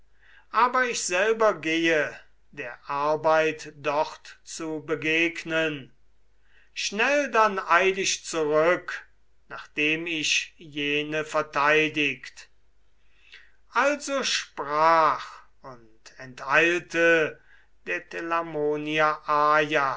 aber ich selber gehe der arbeit dort zu begegnen schnell dann eil ich zurück nachdem ich jene verteidigt also sprach und enteilte der